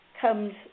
comes